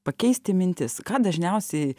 pakeisti mintis ką dažniausiai